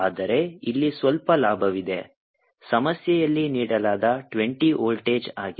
ಆದರೆ ಇಲ್ಲಿ ಸ್ವಲ್ಪ ಲಾಭವಿದೆ ಸಮಸ್ಯೆಯಲ್ಲಿ ನೀಡಲಾದ 20 ವೋಲ್ಟೇಜ್ ಆಗಿದೆ